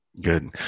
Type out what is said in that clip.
Good